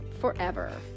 forever